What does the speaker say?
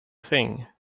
thing